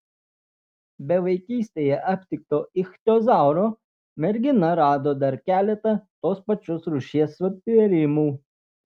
be vaikystėje aptikto ichtiozauro mergina rado dar keletą tos pačios rūšies sutvėrimų